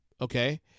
Okay